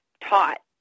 taught